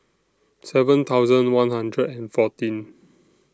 seven thousand one hundred and fourteen